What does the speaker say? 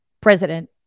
president